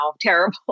terrible